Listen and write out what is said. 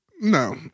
No